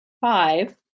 five